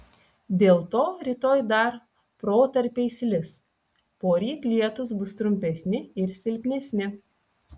dėl to rytoj dar protarpiais lis poryt lietūs bus trumpesni ir silpnesni